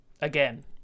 again